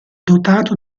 dotato